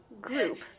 group